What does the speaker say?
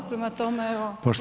Prema tome, evo